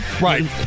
Right